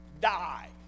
die